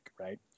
Right